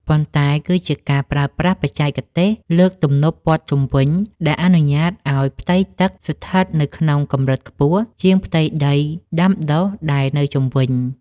ប៉ុន្តែគឺជាការប្រើប្រាស់បច្ចេកទេសលើកទំនប់ព័ទ្ធជុំវិញ ដែលអនុញ្ញាតឱ្យផ្ទៃទឹកស្ថិតនៅក្នុងកម្រិតខ្ពស់ជាងផ្ទៃដីដាំដុះដែលនៅជុំវិញ។